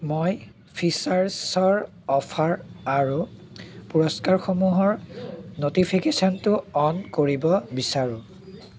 মই ফ্ৰীচাৰ্চৰ অফাৰ আৰু পুৰস্কাৰসমূহৰ ন'টিফিকেচনটো অ'ন কৰিব বিচাৰোঁ